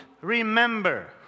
remember